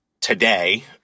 today